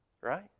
right